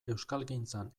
euskalgintzan